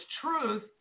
truth